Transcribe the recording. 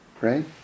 right